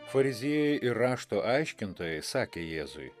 fariziejai ir rašto aiškintojai sakė jėzui